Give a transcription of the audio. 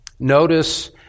Notice